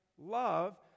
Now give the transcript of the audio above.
love